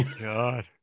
God